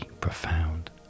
profound